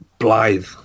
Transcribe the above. Blythe